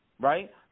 right